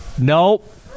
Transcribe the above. Nope